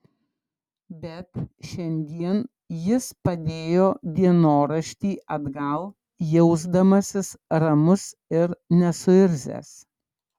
bet šiandien jis padėjo dienoraštį atgal jausdamasis ramus ir nesuirzęs